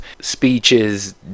speeches